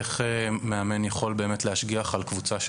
איך מאמן יכול באמת להשגיח על קבוצה של